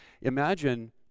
Imagine